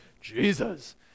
Jesus